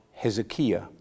Hezekiah